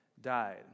died